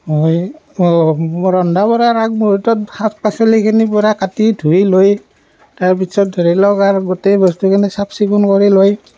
মই ৰন্ধা বঢ়াৰ আগমূহুৰ্তত শাক পাচলিখিনি পূৰা কাটি ধুই লৈ তাৰপিছত ধৰি লওক আৰু গোটেই বস্তুখিনি চাফ চিকুণ কৰি লৈ